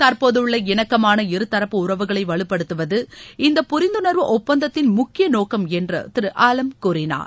தற்போதுள்ள இணக்கமான இருதரப்பு உறவுகளை வலுப்படுத்துவது இந்த புரிந்துணர்வு இடப்பந்தத்தின் முக்கிய நோக்கம் என்று திரு ஆலம் கூறினார்